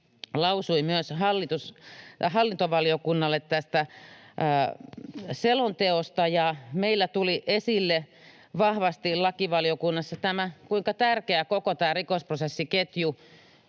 lausui myös hallintovaliokunnalle tästä selonteosta, ja meillä lakivaliokunnassa tuli esille vahvasti, kuinka tärkeä koko rikosprosessiketju —